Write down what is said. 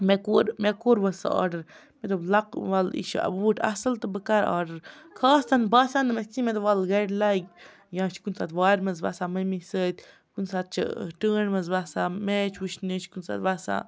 مےٚ کوٚر مےٚ کوٚر وۄنۍ سُہ آرڈَر مےٚ دوٚپ لَک وَلہٕ یہِ چھےٚ بوٗٹھ اَصٕل تہٕ بہٕ کَرٕ آرڈَر خاص تہِ نہٕ باسیو نہٕ مےٚ کیٚنٛہہ مےٚ دوٚپ وَلہٕ گرِ لَگہِ یا چھِ کُنہِ ساتہٕ وارِ منٛز وَسان مٔمی سۭتۍ کُنہِ ساتہٕ چھِ ٹٲنٛڈۍ منٛز وَسان میچ وٕچھنہِ چھِ کُنہِ ساتہٕ وَسان